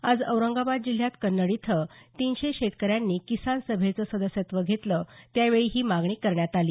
आज औरंगाबाद जिल्ह्यात कन्नड इथं तीनशे शेतकऱ्यांनी किसान सभेचं सदस्यत्व घेतलं त्यावेळी ही मागणी करण्यात आली